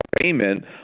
payment